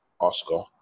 Oscar